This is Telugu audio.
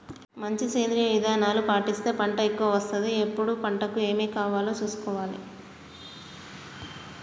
మంచి సేంద్రియ విధానాలు పాటిస్తే పంట ఎక్కవ వస్తది ఎప్పుడు పంటకు ఏమి కావాలో చూసుకోవాలే